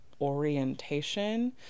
orientation